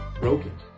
broken